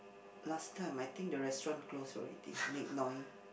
last time I think the restaurant close already make noise